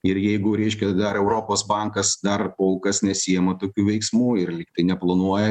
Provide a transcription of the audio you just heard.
ir jeigu reiškia dar europos bankas dar kol kas nesiima tokių veiksmų ir lygtai neplanuoja